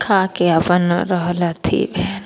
खाके अपन रहल अथी भेल